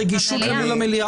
רגישות אל מול המליאה.